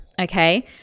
okay